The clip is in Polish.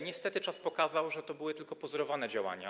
Niestety czas pokazał, że to były tylko pozorowane działania.